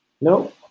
no